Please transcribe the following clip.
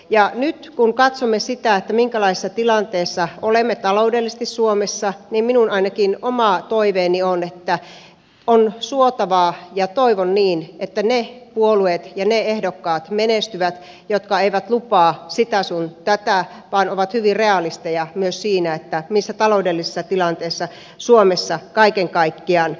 ja nyt kun katsomme sitä minkälaisessa tilanteessa olemme taloudellisesti suomessa ainakin minun oma toiveeni on on suotavaa ja toivon niin että ne puolueet ja ne ehdokkaat menestyvät jotka eivät lupaa sitä sun tätä vaan ovat hyvin realisteja myös siinä missä taloudellisessa tilanteessa suomessa kaiken kaikkiaan eletään